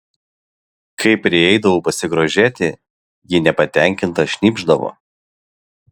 kai prieidavau pasigrožėti ji nepatenkinta šnypšdavo